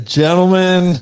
gentlemen